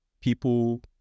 people